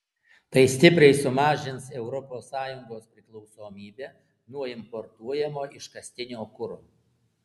tai stipriai sumažins europos sąjungos priklausomybę nuo importuojamo iškastinio kuro